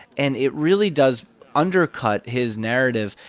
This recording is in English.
and it really does undercut his narrative.